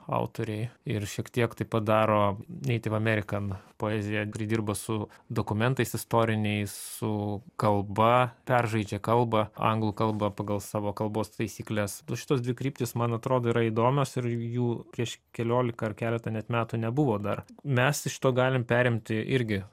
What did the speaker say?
autoriai ir šiek tiek tai padaro neitiv american poeziją kuri dirba su dokumentais istoriniais su kalba peržaidžia kalbą anglų kalbą pagal savo kalbos taisykles šitos dvi kryptis man atrodo yra įdomios ir jų prieš keliolika ar keletą net metų nebuvo dar mes iš to galim perimti irgi